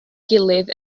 gilydd